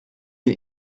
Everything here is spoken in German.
ihn